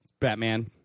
Batman